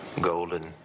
golden